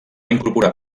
incorporar